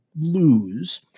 lose